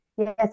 Yes